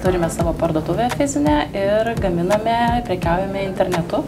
turime savo parduotuvę fizinę ir gaminame prekiaujame internetu